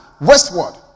westward